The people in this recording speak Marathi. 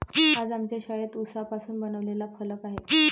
आज आमच्या शाळेत उसापासून बनवलेला फलक आहे